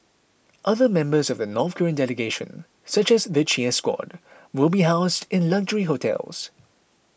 other members of the North Korean delegation such as the cheer squad will be housed in luxury hotels